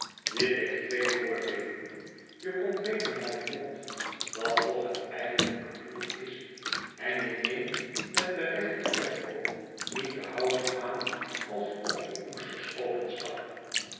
dit heeft twee voordeelen je komt beter naar je mond dat toch het eigenlijke doel is en je neemt met den rechterelleboog niet de houding aan alsof je oesters openstak